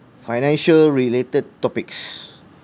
financial related topics